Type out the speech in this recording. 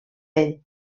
ell